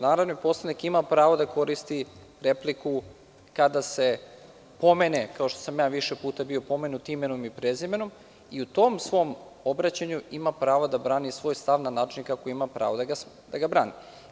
Narodni poslanik ima pravo da koristi repliku kada se pomene, kao što sam ja više puta bio pomenut imenom i prezimenom, i u tom svom obraćanju ima prava da brani svoj stav na način kako ima pravo da ga brani.